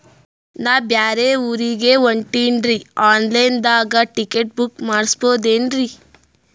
ನಾ ಬ್ಯಾರೆ ಊರಿಗೆ ಹೊಂಟಿನ್ರಿ ಆನ್ ಲೈನ್ ದಾಗ ಟಿಕೆಟ ಬುಕ್ಕ ಮಾಡಸ್ಬೋದೇನ್ರಿ?